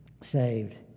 saved